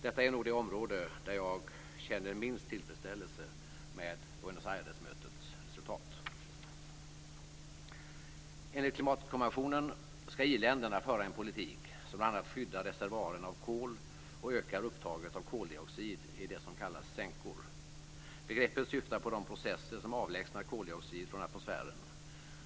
Detta är nog det område där jag känner minst tillfredsställelse med Buenos Aires-mötets resultat. Enligt klimatkonventionen skall i-länderna föra en politik som bl.a. skyddar reservoarerna av kol och ökar upptaget av koldioxid i det som kallas sänkor. Begreppet syftar på de processer som avlägsnar koldioxid från atmosfären.